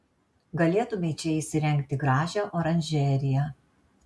galėtumei čia įsirengti gražią oranžeriją